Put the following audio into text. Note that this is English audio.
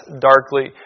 darkly